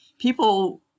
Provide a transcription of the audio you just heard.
people